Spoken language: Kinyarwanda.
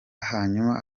hanyuma